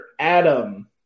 Adam